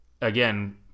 again